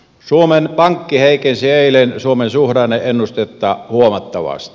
suomen pankki heikensi eilen suomen suhdanne ennustetta huomattavasti